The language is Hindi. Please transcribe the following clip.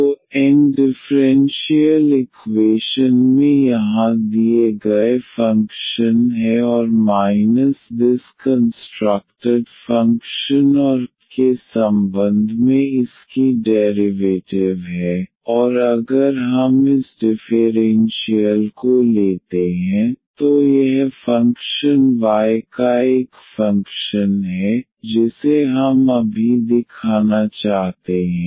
तो N डिफरेंशियल इक्वेशन में यहाँ दिए गए फंक्शन है और माइनस दिस कंस्ट्रक्टेड फंक्शन और y के संबंध में इसकी डेरिवेटिव है और अगर हम इस डिफ़ेरेन्शियल को लेते हैं तो यह फंक्शन y का एक फंक्शन है जिसे हम अभी दिखाना चाहते हैं